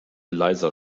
leiser